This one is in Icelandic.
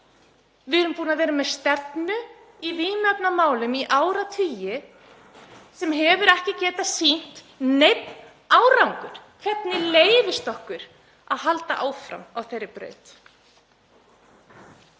Við erum búin að vera með stefnu í vímuefnamálum í áratugi sem hefur ekki getað sýnt neinn árangur. Hvernig leyfist okkur að halda áfram á þeirri braut?